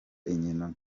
inkino